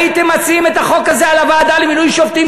הייתם מציעים את החוק הזה על הוועדה למינוי שופטים,